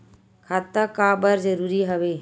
खाता का बर जरूरी हवे?